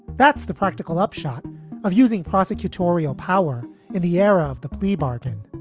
that's the practical upshot of using prosecutorial power in the era of the plea bargain.